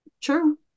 True